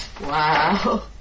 Wow